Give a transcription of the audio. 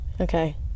Okay